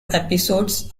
episodes